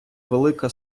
велика